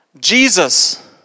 Jesus